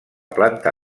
planta